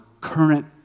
current